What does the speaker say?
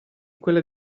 quella